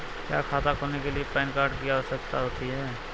क्या खाता खोलने के लिए पैन कार्ड की आवश्यकता होती है?